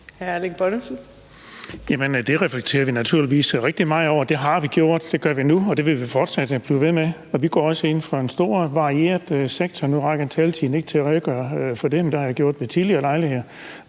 det reflekterer vi naturligvis rigtig meget over. Det har vi gjort, det gør vi nu, og det vil vi fortsætte med. Vi går også ind for en stor, varieret sektor, og nu rækker taletiden ikke til at redegøre for det, men det har jeg gjort ved tidligere lejligheder.